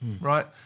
right